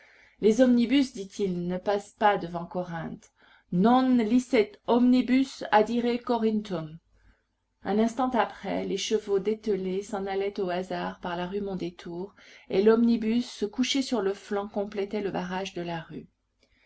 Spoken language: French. les omnibus dit-il ne passent pas devant corinthe non licet omnibus adire corinthum un instant après les chevaux dételés s'en allaient au hasard par la rue mondétour et l'omnibus couché sur le flanc complétait le barrage de la rue